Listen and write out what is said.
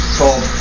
called